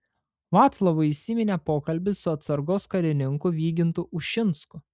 vaclavui įsiminė pokalbis su atsargos karininku vygintu ušinsku